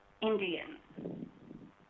Indian